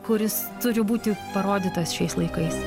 kuris turi būti parodytas šiais laikais